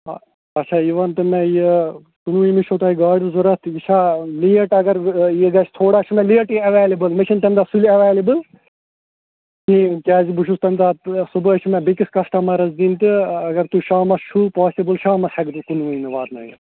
اَ اچھا یہِ وَنتہٕ مےٚ یہِ کُنوُہمہِ چھو تۄہہِ گاڑٕ ضوٚرتھ یہِ چھا لیٹ اگر یہِ گَژِھ تھوڑا چھِ مےٚ لیٹٕے ایٚویلِبُل مےٚ چھِنہٕ تَمہِ دۄہ سُلہِ ایٚویلِبُل کِہِنۍ کیازِ بہٕ چھُس تمہِ دۄہ صُبحٲے چھِ مےٚ بیٚکِس کسٹمٕرس دِنۍ تہٕ اگر تُہۍ شامَس چھُو پاسِبُل شامَس ہیٚکہٕ بہٕ کُنوُہمہِ واتٕنٲوِتھ